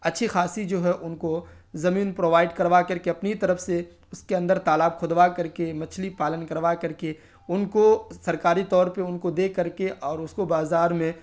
اچھی خاصی جو ہے ان کو زمین پرووائڈ کروا کر کے اپنی طرف سے اس کے اندر تالاب کھدوا کر کے مچھلی پالن کروا کر کے ان کو سرکاری طور پہ ان کو دے کر کے اور اس کو بازار میں